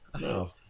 No